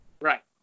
Right